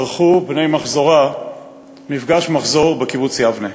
ערכו מפגש מחזור בקיבוץ יבנה.